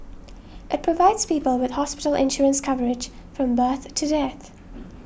it provides people with hospital insurance coverage from birth to death